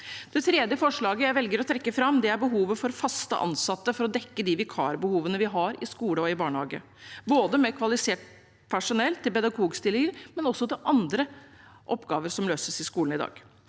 Det tredje forslaget jeg velger å trekke fram, er behovet for faste ansatte for å dekke de vikarbehovene vi har i skole og i barnehage, både med kvalifisert personell til pedagogstillinger og også til andre oppgaver som løses i skolen i dag.